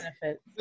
benefits